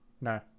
no